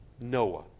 Noah